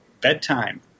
bedtime